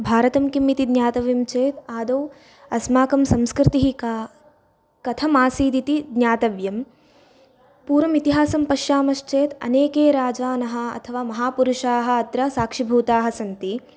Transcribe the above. भारतं किं इति ज्ञातव्यं चेत् आदौ अस्माकं संस्कृतिः का कथम् आसीदिति ज्ञातव्यं पूर्वम् इतिहासं पश्यामश्चेत् अनेके राजानः अथवा महापुरुषाः अत्र साक्षिभूताः सन्ति